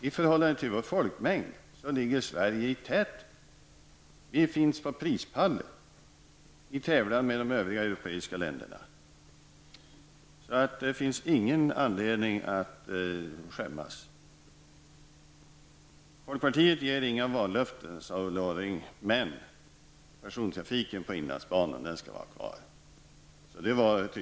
I förhållande till vår folkmängd ligger Sverige i täten. Vi finns på prispallen i tävlan med de övriga europeiska länderna, och det finns ingen anledning att skämmas. Folkpartiet ger inga vallöften, sade Ulla Orring. Men persontrafiken på inlandsbanan skall vara kvar.